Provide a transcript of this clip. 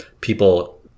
people